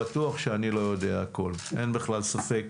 בטוח שאני לא יודע הכול, אין בכלל ספק